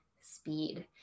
speed